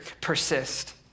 persist